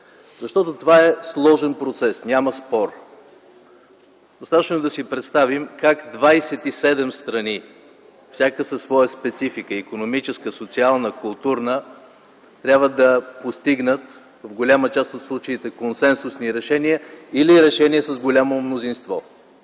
Защото това е сложен процес, няма спор. Достатъчно е да си представим как 27 страни, всяка със своя специфика – икономическа, социална, културна, трябва да постигнат в голяма част от случаите консенсусни решения или решения с голямо мнозинство.